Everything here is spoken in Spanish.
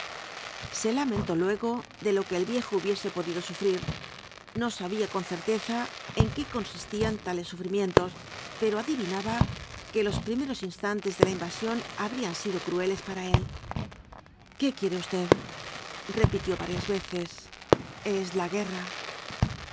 se lamentó luego de lo que el viejo hubiese podido sufrir no sabía con certeza en qué coiisistían tales sufrimientos pero adivinaba que los primeros instantes de la invasión habrían sido crueles para él qué quiere usted repitió varias veces es la guerra